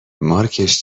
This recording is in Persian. مارکش